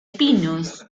pinos